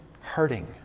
hurting